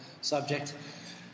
subject